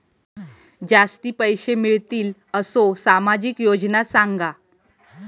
जास्ती पैशे मिळतील असो सामाजिक योजना सांगा?